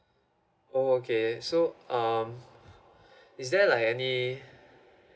oh okay so um is there like any